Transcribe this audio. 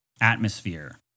atmosphere